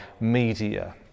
media